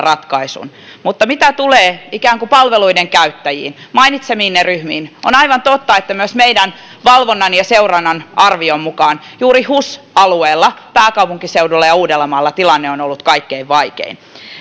mutta mitä tulee ikään kuin palveluiden käyttäjiin mainitsemiinne ryhmiin on aivan totta että myös meidän valvontamme ja seurantamme arvion mukaan juuri hus alueella pääkaupunkiseudulla ja uudellamaalla tilanne on ollut kaikkein vaikein